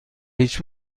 هیچ